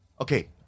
Okay